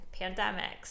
pandemics